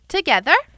Together